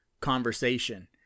conversation